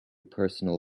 personal